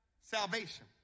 Salvation